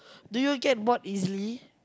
do you get bored easily